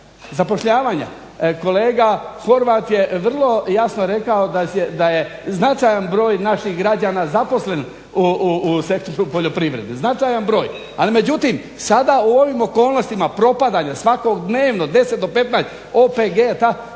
zapošljavanja. Kolega Horvat je vrlo jasno rekao da je značaj broj naših građana zaposlen u sektoru poljoprivrede, značaja broj. Ali međutim sada u ovim okolnostima propadanja svakog dnevno 10-15 OPG-a ti